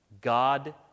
God